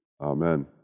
Amen